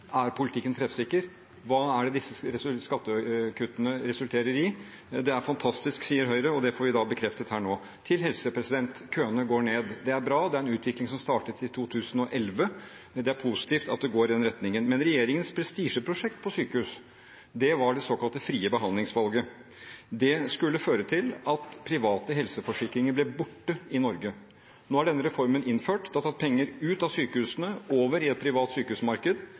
Er politikken treffsikker? Hva er det disse skattekuttene resulterer i? Det er fantastisk, sier Høyre, og det får vi da bekreftet her nå. Til helse: Køene går ned. Det er bra. Det er en utvikling som startet i 2011, og det er positivt at det går i den retningen. Men regjeringens prestisjeprosjekt på sykehus var det såkalte frie behandlingsvalget. Det skulle føre til at private helseforsikringer ble borte i Norge. Nå er denne reformen innført. Det er tatt penger ut av sykehusene over i et privat sykehusmarked